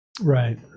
Right